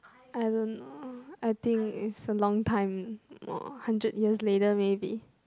I don't know I think it's a long time hundred years later maybe